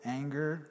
anger